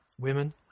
Women